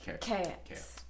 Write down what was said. Cats